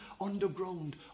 underground